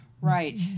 Right